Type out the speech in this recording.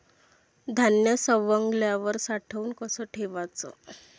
धान्य सवंगल्यावर साठवून कस ठेवाच?